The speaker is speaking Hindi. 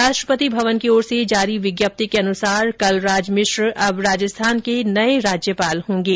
राष्ट्रपति भवन की ओर से जारी विज्ञप्ति के अनुसार कलराज मिश्र अब राजस्थान के नये राज्यपाल होंगे